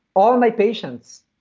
all my patients,